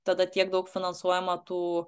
tada tiek daug finansuojama tų